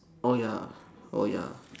oh ya oh ya